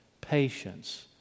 Patience